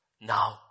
Now